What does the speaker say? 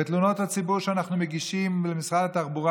ותלונות הציבור שאנחנו מגישים למשרד התחבורה,